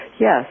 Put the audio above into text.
Yes